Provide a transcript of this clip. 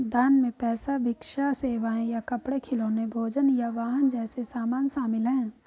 दान में पैसा भिक्षा सेवाएं या कपड़े खिलौने भोजन या वाहन जैसे सामान शामिल हैं